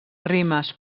rimes